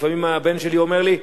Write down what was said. לפעמים הבן שלי אומר לי: